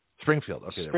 Springfield